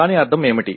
దాని అర్థం ఏమిటి